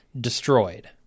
destroyed